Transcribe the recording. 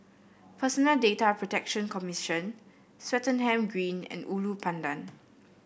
Personal Data Protection Commission Swettenham Green and Ulu Pandan